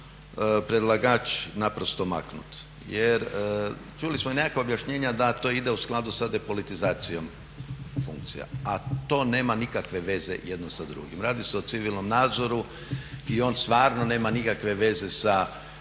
će to predlagač naprosto maknuti, jer čuli smo i nekakva objašnjenja da to ide u skladu sa depolitizacijom funkcija, a to nema nikakve veze jedno sa drugim. Radi se o civilnom nadzoru i on stvarno nema nikakve veze sa depolitizacijom